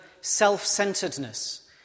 self-centeredness